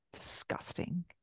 disgusting